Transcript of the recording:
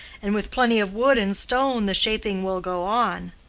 and with plenty of wood and stone the shaping will go on.